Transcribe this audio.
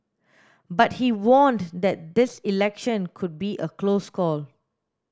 but he warned that this election could be a close call